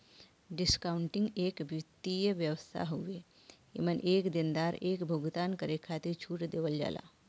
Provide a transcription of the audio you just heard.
discounting एक वित्तीय व्यवस्था हउवे एमन एक देनदार एक भुगतान करे खातिर छूट देवल जाला